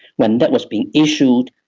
when that was being issued,